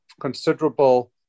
considerable